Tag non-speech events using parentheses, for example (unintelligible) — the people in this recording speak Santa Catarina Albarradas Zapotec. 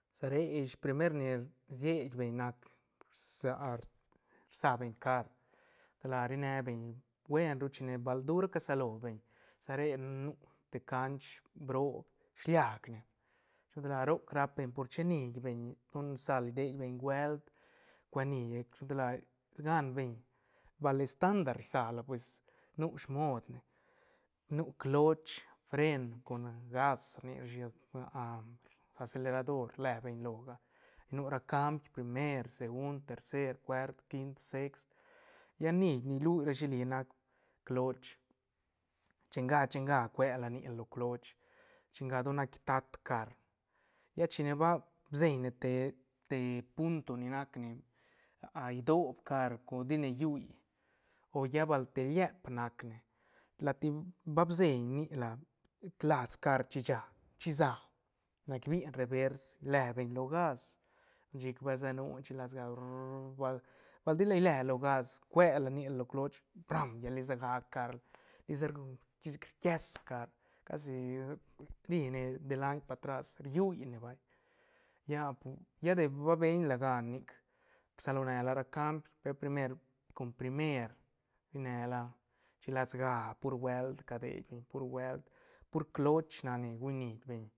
Sa re ish primer ni rciet beñ nac pues (hesitation) rsa beñ car te la ri ne beñ buen ru chine bal dura casalo beñ sa re nu te canch broo shiliacne shi lo ra roc rap beñ por che nit beñ don sal dei beñ buelt cuani sho gan tal la gan beñ bal estandar siala pues nu smoob ne nu cloch fren con gas rni rashi (hesitation) acelerador rle loga nu ra cambi primer segund tercer cuart quint sext lla nii rlu rashi nac cloch chenga- chega cuela ni la lo cloch chenga don nat tiat car lla chine ba bseiñ ne te- te punto ni nacne idob car co tine llui o lla bal te liep nac ne latli ba bseiñ nila las car chisha chi sa nac bine revers lebeñ lo gas chic ba se nu chilas ga ru- ru bal- bal tila ile lo gas cuela ni la lo cloch pram lla li sa gac car lisa gum (unintelligible) sic rquies car casi rine de laint pa tras rlluy ne vay lla bu lla de ba bein la ga nic rsalo ne la ra cambi per primer con primer ri ne la chilas ga pur buelt cadei beñ pur buelt pur cloch nac ni guñ nii beñ